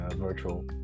virtual